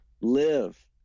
live